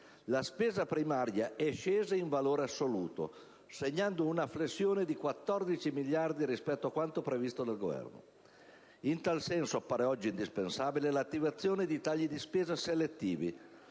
la spesa primaria è scesa in valore assoluto, segnando una flessione di 14 miliardi rispetto a quanto previsto dal Governo. In tal senso, appare oggi indispensabile l'attivazione di tagli di spesa «selettivi»,